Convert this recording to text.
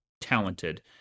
talented